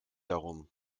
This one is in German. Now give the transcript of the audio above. darum